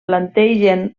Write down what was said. plantegen